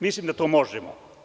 Mislim da to možemo.